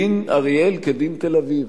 דין אריאל כדין תל-אביב